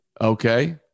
Okay